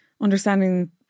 understanding